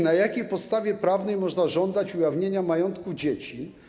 Na jakiej podstawie prawnej można żądać ujawnienia majątku dzieci?